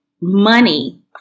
money